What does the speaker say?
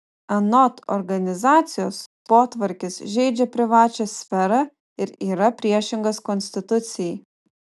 anot organizacijos potvarkis žeidžia privačią sferą ir yra priešingas konstitucijai